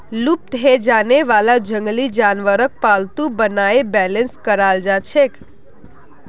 लुप्त हैं जाने वाला जंगली जानवरक पालतू बनाए बेलेंस कराल जाछेक